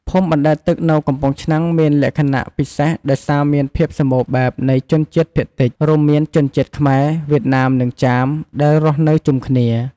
ភូមិបណ្ដែតទឹកនៅកំពង់ឆ្នាំងមានលក្ខណៈពិសេសដោយសារមានភាពសម្បូរបែបនៃជនជាតិភាគតិច រួមមានជនជាតិខ្មែរ វៀតណាម និងចាម ដែលរស់នៅជុំគ្នា។